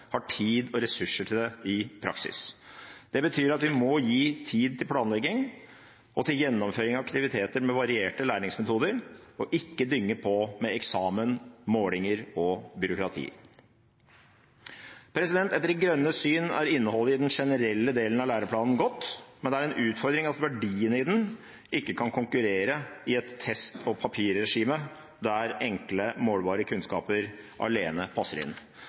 har tid og ressurser til det i praksis. Det betyr at vi må gi tid til planlegging og gjennomføring av aktiviteter med varierte læringsmetoder, og ikke dynge på med eksamener, målinger og byråkrati. Etter De grønnes syn er innholdet i den generelle delen av læreplanen godt, men det er en utfordring at verdiene i den ikke kan konkurrere i et test- og papirregime der enkle, målbare kunnskaper alene passer inn.